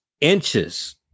inches